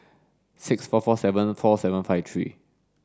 six four four seven four seven five three